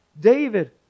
David